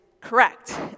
correct